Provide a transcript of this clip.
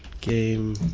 game